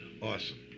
awesome